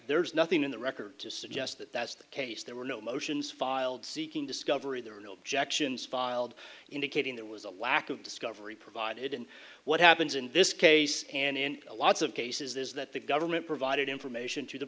there's nothing in the record to suggest that that's the case there were no motions filed seeking discovery there were no objections filed indicating there was a lack of discovery provided and what happens in this case and in a lots of cases is that the government provided information to the